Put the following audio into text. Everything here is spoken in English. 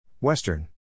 Western